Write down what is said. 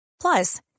Plus